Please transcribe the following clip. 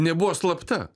nebuvo slapta